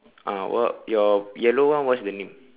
ah what your yellow one what's the name